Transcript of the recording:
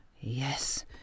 Yes